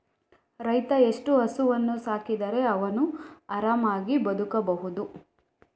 ರೈತ ಎಷ್ಟು ಹಸುವನ್ನು ಸಾಕಿದರೆ ಅವನು ಆರಾಮವಾಗಿ ಬದುಕಬಹುದು?